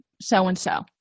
so-and-so